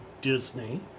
disney